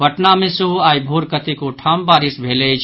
पटना में सेहो आई भोर कतेको ठाम बारिस भेल अछि